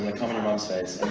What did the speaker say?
like um and mom's face